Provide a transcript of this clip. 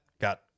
Got